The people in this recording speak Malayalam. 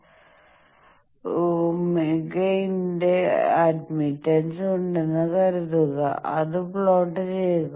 018 ℧ന്റെ അഡ്മിറ്റൻസ് ഉണ്ടെന്ന് കരുതുക അത് പ്ലോട്ട് ചെയുക